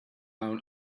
down